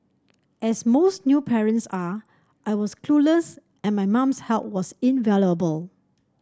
as most new parents are I was clueless and my mum's help was invaluable